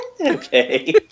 Okay